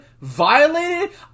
violated